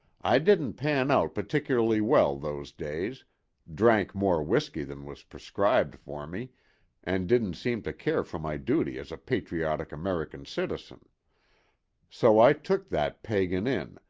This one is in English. i didn't pan out particularly well those days drank more whisky than was prescribed for me and didn't seem to care for my duty as a patriotic american citizen so i took that pagan in,